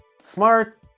smart